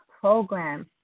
program